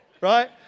right